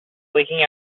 leaking